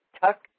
Tuck